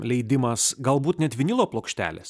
leidimas galbūt net vinilo plokštelės